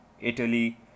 Italy